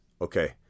Okay